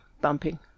bumping